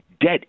Debt